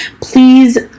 Please